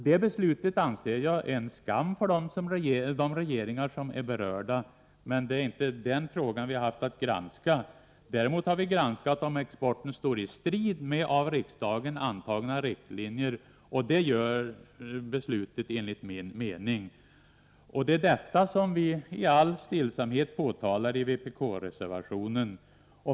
Detta beslut anser jag är en skam för dem som regerade — men det är inte den frågan vi har haft att granska. Däremot har vi haft att granska om exporten står i strid med av riksdagen antagna riktlinjer, och det gör beslutet enligt min mening. Det är detta som vi i all stillsamhet påtalar i vpk-reservationen.